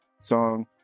song